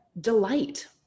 delight